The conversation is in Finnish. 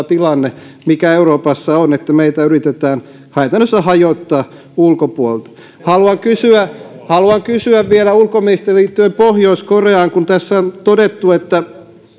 tilanne mikä euroopassa on että meitä yritetään käytännössä hajottaa ulkopuolelta haluan kysyä haluan kysyä vielä ulkoministeriltä liittyen pohjois koreaan kun tässä on todettu